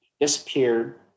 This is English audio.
disappeared